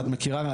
ואת מכירה,